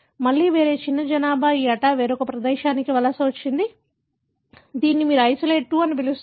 మళ్ళీ వేరే చిన్న జనాభా ఈ అటా వేరొక ప్రదేశానికి వలస వచ్చింది దీనిని మీరు ఐసొలేట్ 2 అని పిలుస్తారు